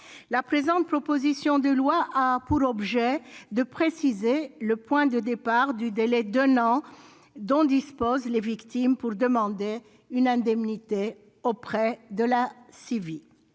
La présente proposition de loi a pour objet de préciser le point de départ du délai d'un an dont disposent les victimes pour demander une indemnité auprès de la CIVI.